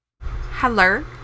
Hello